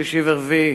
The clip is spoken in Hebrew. שלישי ורביעי.